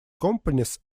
companies